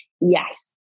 yes